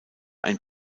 ein